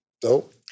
Dope